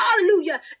hallelujah